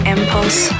Impulse